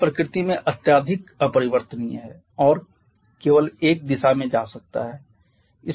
यह प्रकृति में अत्यधिक अपरिवर्तनीय है और यह केवल एक दिशा में जा सकता है